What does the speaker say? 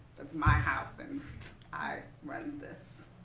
that's my house, and i run this.